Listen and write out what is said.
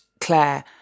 Claire